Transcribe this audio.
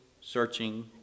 searching